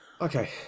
Okay